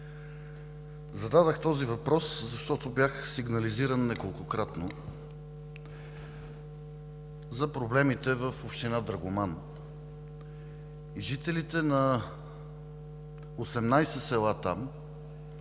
Зададох този въпрос, защото бях сигнализиран неколкократно за проблемите в община Драгоман. Жителите на 18 села там